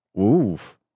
Oof